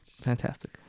Fantastic